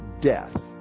death